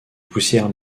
poussière